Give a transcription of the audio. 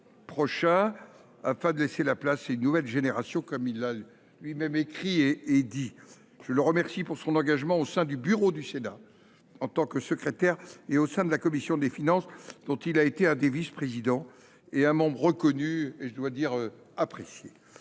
prochain, afin de « laisser la place à une nouvelle génération », comme il me l’a lui même dit et écrit. Je le remercie de son engagement au sein du bureau du Sénat, en tant que secrétaire, et au sein de la commission des finances, dont il a été l’un des vice présidents et un membre reconnu et, je dois le dire, apprécié.